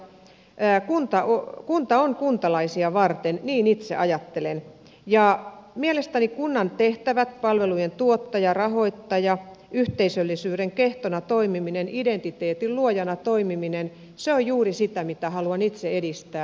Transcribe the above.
kunta on kuntalaisia varten niin itse ajattelen ja mielestäni kunnan tehtävät palvelujen tuottaja rahoittaja yhteisöllisyyden kehtona toimiminen identiteetin luojana toimiminen ovat juuri sitä mitä haluan itse edistää